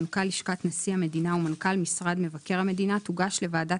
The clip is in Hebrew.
מנכ"ל לשכת נשיא המדינה ומנכ"ל משרד מבקר המדינה תוגש לוועדת